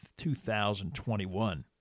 2021